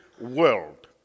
world